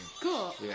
Cool